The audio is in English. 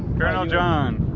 colonel john